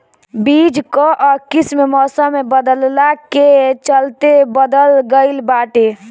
बीज कअ किस्म मौसम बदलला के चलते बदल गइल बाटे